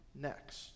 next